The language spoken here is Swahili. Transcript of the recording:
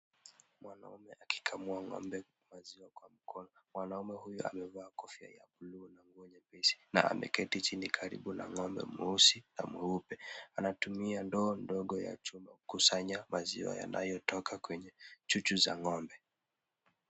Mwanaume akikamua ng'ombe wa maziwa kwa mkono. Mwanaume huyu amevaa kofia ya blue na nguo nyepesi, na ameketi chini karibu na ng'ombe mweusi na mweupe. Anatumia ndoo ndogo ya chuma kukusanya maziwa yanayotoka kwenye chuchu za ng'ombe.